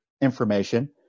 information